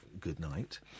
Goodnight